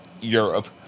Europe